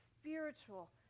spiritual